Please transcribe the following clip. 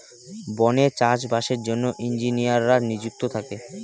বনে চাষ বাসের জন্য ইঞ্জিনিয়াররা নিযুক্ত থাকে